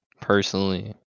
personally